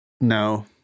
No